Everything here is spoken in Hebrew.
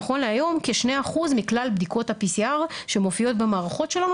נכון להיום כ-2% מכלל בדיקות ה-PCR שמופיעות במערכות שלנו,